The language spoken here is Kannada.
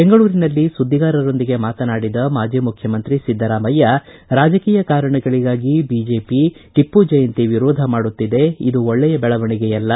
ಬೆಂಗಳೂರಿನಲ್ಲಿ ಸುದ್ದಿಗಾರರೊಂದಿಗೆ ಮಾತನಾಡಿದ ಮಾಜಿ ಮುಖ್ಯಮಂತ್ರಿ ಸಿದ್ದರಾಮಯ್ಯ ರಾಜಕೀಯ ಕಾರಣಗಳಿಗಾಗಿ ಬಿಜೆಪಿ ಟಪ್ಪು ಜಯಂತಿ ವಿರೋಧ ಮಾಡುತ್ತಿದೆ ಇದು ಒಳ್ಳೆಯ ಬೆಳವಣಿಗೆಯಲ್ಲ